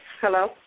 Hello